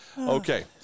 Okay